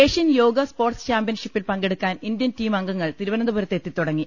Asian yoga sports ചാമ്പ്യൻഷിപ്പിൽ പങ്കെടു ക്കാൻ ഇന്ത്യൻ ടീമംഗങ്ങൾ തിരുവനന്തപുരത്ത് എത്തിത്തുട ങ്ങി